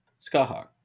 skaha